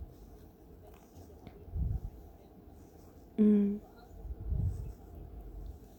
mm